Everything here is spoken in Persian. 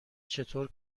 چطور